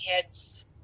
kids